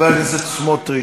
יש לך בעיה בסדרי עדיפויות.